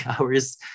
hours